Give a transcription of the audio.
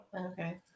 Okay